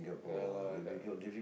ya lah